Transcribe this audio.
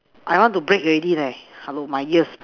I want to break already leh hello my ears